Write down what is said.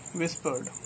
Whispered